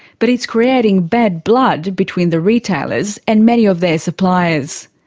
but it's creating bad blood between the retailers and many of their suppliers.